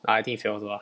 I think he fail also lah